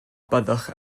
byddwch